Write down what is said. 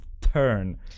turn